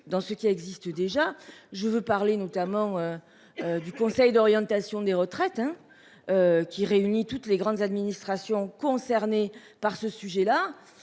dans ce qui existe déjà : je veux parler notamment des travaux du Conseil d'orientation des retraites (COR), lequel réunit toutes les grandes administrations concernées par ce sujet.